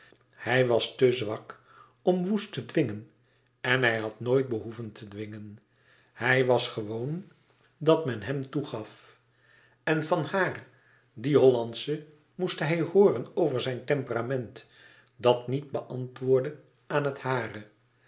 hij was te zwak om woest te dwingen en hij had nooit behoeven te dwingen hij was gewoon dat men hem toegaf en van haar die hollandsche moest hij hooren over zijn temperament dat niet beantwoordde aan het hare